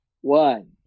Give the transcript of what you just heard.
one